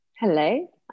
Hello